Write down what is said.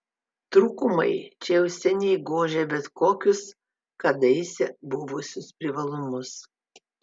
trūkumai čia jau seniai gožia bet kokius kadaise buvusius privalumus